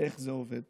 איך זה עובד.